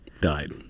died